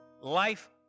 Life